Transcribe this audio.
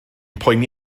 poeni